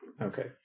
Okay